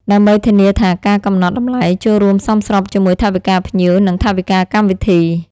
ដើម្បីធានាថាការកំណត់តម្លៃចូលរួមសមស្របជាមួយថវិកាភ្ញៀវ និងថវិកាកម្មវិធី។